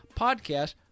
podcast